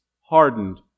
hardened